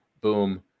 Boom